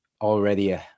already